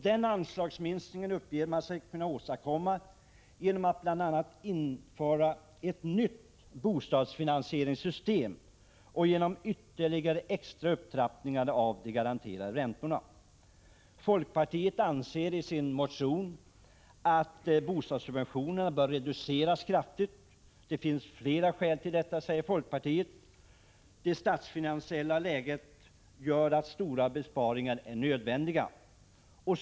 Den anslagsminskningen uppger man sig kunna åstadkomma genom att bl.a. införa ett nytt bostadsfinansieringssystem och genom ytterligare extra upptrappningar av de garanterade räntorna. Folkpartiet anser i sin motion att bostadssubventionerna bör reduceras kraftigt. Det finns flera skäl till detta, säger folkpartiet. Det statsfinansiella läget gör att stora besparingar är nödvändiga.